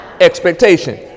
expectation